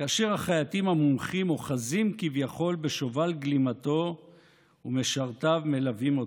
כאשר החייטים המומחים אוחזים כביכול בשובל גלימתו ומשרתיו מלווים אותו.